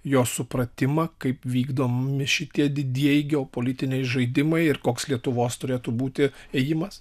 jo supratimą kaip vykdomi šitie didieji geopolitiniai žaidimai ir koks lietuvos turėtų būti ėjimas